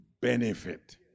benefit